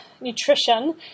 nutrition